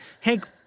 hank